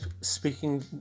speaking